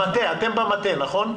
אתם במטה, נכון?